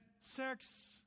sex